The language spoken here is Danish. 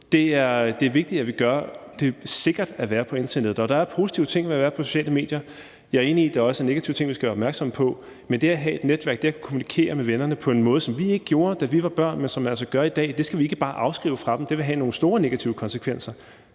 Det er vigtigt, at vi gør det sikkert at være på internettet. Der er positive ting ved at være på sociale medier, og jeg er enig i, at der også er negative ting, vi skal være opmærksomme på. Men det at have et netværk og det at kommunikere med vennerne på en måde, som vi ikke gjorde, da vi var børn, men som man altså gør i dag, skal vi ikke bare afskrive og tage fra dem. Det vil have nogle store negative konsekvenser,